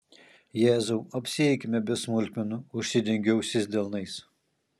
jėzau apsieikime be smulkmenų užsidengiu ausis delnais